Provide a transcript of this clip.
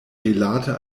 rilate